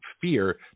fear